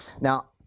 Now